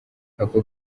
ako